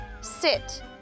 sit